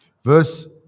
verse